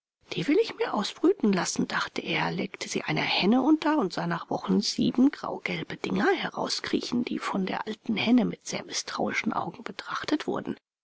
die will ich mir ausbrüten lassen dachte er legte sie einer henne unter und sah nach wochen sieben graugelbe dinger herauskriechen die von der alten henne mit sehr mißtrauischen augen betrachtet wurden